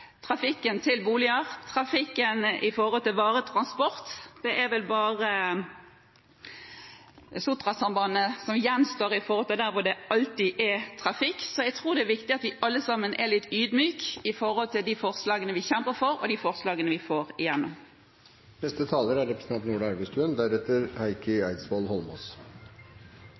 til boliger og varetransporten, og det er vel bare Sotrasambandet som gjenstår hvor det alltid er trafikk. Så jeg tror det er viktig at vi alle sammen er litt ydmyk i forhold til de forslagene vi kjemper for, og de forslagene vi får igjennom. Det er mange som har æren for forslaget. Jeg registrerer at det er